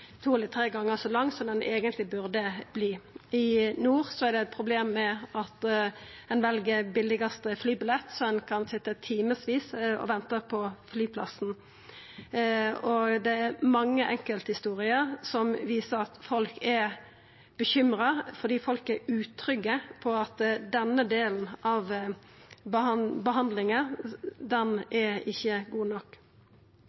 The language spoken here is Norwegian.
to eller tre gonger som lang som ho eigentleg burde vera. I nord er det eit problem med at ein vel den billigaste flybilletten, slik at ein kan sitja timevis å venta på flyplassen. Det er mange enkelthistorier som viser at folk er bekymra fordi dei er utrygge for at denne delen av behandlinga